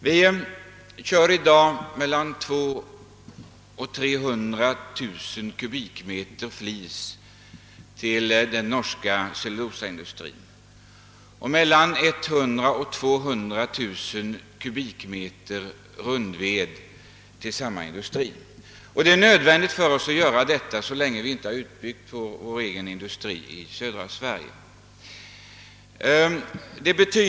Vi kör i dag mellan 200 000 och 300 000 kubikmeter flis till den norska cellulosaindustrin och mellan 100000 och 200000 kubikmeter rundved till samma industri. Det är nödvändigt för oss att göra detta så länge vi inte har byggt ut vår egen industri i södra Sverige.